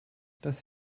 das